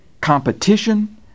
Competition